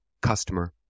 customer